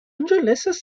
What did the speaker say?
angeles